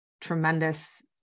tremendous